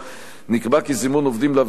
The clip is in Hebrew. נקבע כי זימון עובדים לוועדות ייעשה